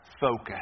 focus